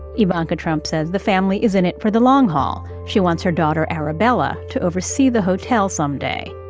ivanka trump says the family is in it for the long haul. she wants her daughter arabella to oversee the hotel someday.